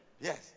Yes